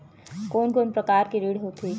कोन कोन प्रकार के ऋण होथे?